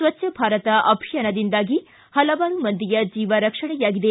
ಸ್ಟಚ್ಹ ಭಾರತ್ ಅಭಿಯಾನದಿಂದಾಗಿ ಹಲವಾರು ಮಂದಿಯ ಜೀವ ರಕ್ಷಣೆಯಾಗಿದೆ